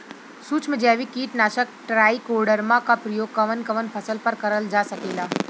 सुक्ष्म जैविक कीट नाशक ट्राइकोडर्मा क प्रयोग कवन कवन फसल पर करल जा सकेला?